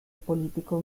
político